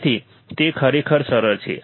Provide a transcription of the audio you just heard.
તેથી તે ખરેખર સરળ છે